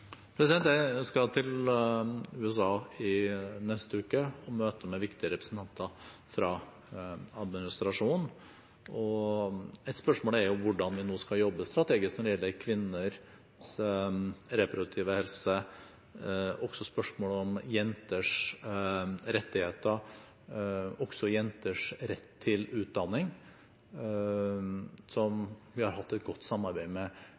Jeg skal til USA i neste uke og møte viktige representanter fra administrasjonen. Et spørsmål er hvordan vi nå skal jobbe strategisk når det gjelder kvinners reproduktive helse og spørsmål om jenters rettigheter, også jenters rett til utdanning, som vi har hatt et godt samarbeid med